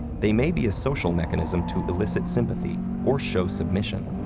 they may be a social mechanism to elicit sympathy or show submission.